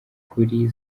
kuri